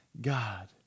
God